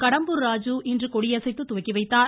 கடம்பூர் ராஜு இன்று கொடியசைத்து துவக்கிவைத்தார்